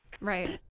Right